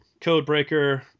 Codebreaker